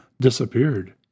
disappeared